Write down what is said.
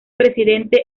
presidente